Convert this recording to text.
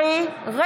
בעד מיכל